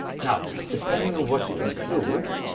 now depending on what you include,